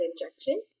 injection